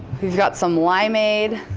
we've got some limeade,